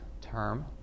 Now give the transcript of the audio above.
term